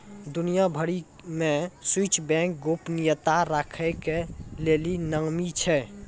दुनिया भरि मे स्वीश बैंक गोपनीयता राखै के लेली नामी छै